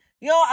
Yo